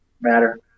Matter